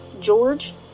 George